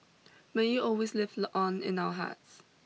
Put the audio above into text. may you always live on in our hearts